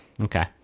okay